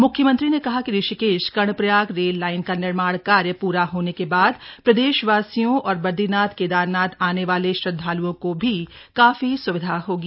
मुख्यमंत्री ने कहा कि ऋषिकेश कर्णप्रयाग रेल लाइन का निर्माण कार्य पूरा होने के बाद प्रदेशवासियों और बद्रीनाथ केदारनाथ आने वाले श्रद्वाल्ओं को भी काफी स्विधा होगी